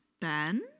Ben